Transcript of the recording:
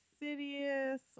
Insidious